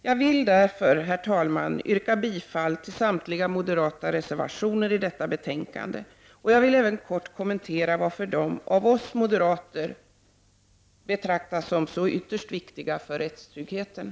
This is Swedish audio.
Jag vill därför, herr talman, yrka bifall till samtliga moderata reservationer i detta betänkande, och jag vill även kort kommentera varför vi moderater betraktar dem som så ytterst viktiga för rättstryggheten.